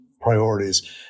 priorities